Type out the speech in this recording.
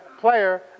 player